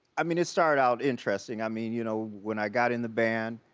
i mean, it started out interesting. i mean, you know, when i got in the band,